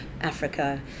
Africa